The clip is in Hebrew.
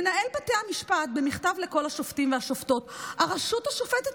מנהל בתי המשפט במכתב לכל השופטים והשופטות: "הרשות השופטת